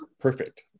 perfect